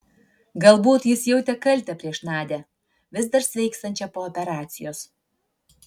galbūt jis jautė kaltę prieš nadią vis dar sveikstančią po operacijos